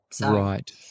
Right